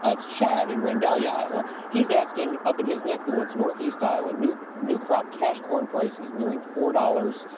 ah it's chad in randalia, iowa. he is asking, up in his neck of the woods, northeast iowa, new new crop cash corn price is nearing four dollars.